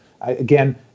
Again